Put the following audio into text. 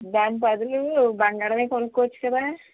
దాని బదులు బంగారమే కొనుక్కోవచ్చు కదా